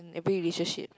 every relationship